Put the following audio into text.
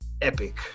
epic